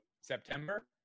September